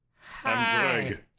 Hi